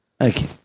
Okay